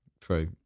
True